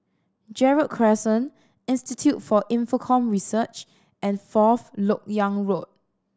Gerald Crescent Institute for Infocomm Research and Fourth Lok Yang Road